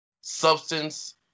substance